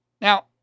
Now